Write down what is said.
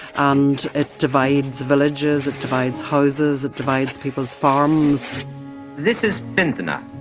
and it divides villages. it divides houses. it divides people's farms this is fintona,